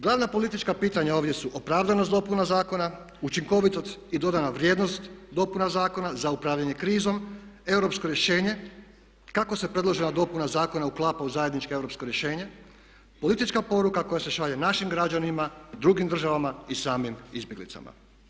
Glavna politička pitanja ovdje su opravdanost dopuna zakona, učinkovitost i dodana vrijednost dopuna zakona za upravljanje krizom, europsko rješenje kako se predložena dopuna zakona uklapa u zajedničko europsko rješenje, politička poruka koja se šalje našim građanima, drugim državama i samim izbjeglicama.